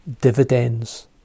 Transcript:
dividends